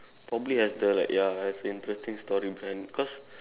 probably has the like ya has an interesting story behind it because